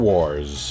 Wars